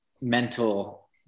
mental